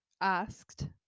asked